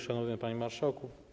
Szanowny Panie Marszałku!